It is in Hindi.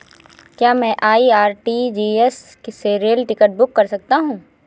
क्या मैं आई.आर.सी.टी.सी से रेल टिकट बुक कर सकता हूँ?